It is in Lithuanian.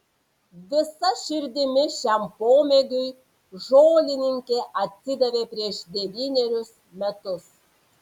visa širdimi šiam pomėgiui žolininkė atsidavė prieš devynerius metus